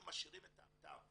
אנחנו משאירים את האתר.